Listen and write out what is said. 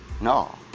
No